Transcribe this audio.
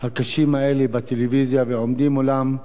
הקשים האלה בטלוויזיה ועומדים מולם,